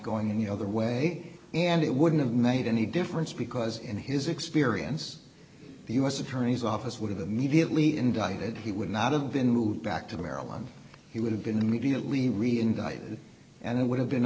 going any other way and it wouldn't have made any difference because in his experience the u s attorney's office would have immediately indicted he would not have been moved back to maryland he would have been immediately re indicted and would have been